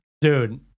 Dude